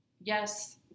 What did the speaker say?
Yes